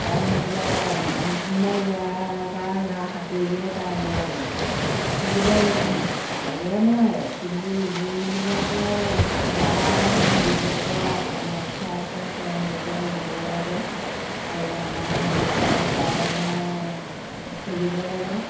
কাৰণ এতিয়া কোনোবা ল'ৰা এটা ধৰা সাঁতুৰিবলৈ তাৰ বৰ মই গতিকে সকলোৱে নোৱাৰে কিন্তু যিবিলাকে যাৰ মানে দিব পৰা সমৰ্থ আছে তেওঁলোকে দিব লাগে আৰু আমাৰ দেশৰ কাৰণে খেলিব লাগে